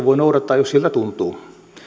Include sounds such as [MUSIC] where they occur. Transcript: [UNINTELLIGIBLE] voi noudattaa jos siltä tuntuu